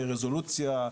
רזולוציה,